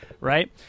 right